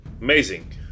Amazing